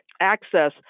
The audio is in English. access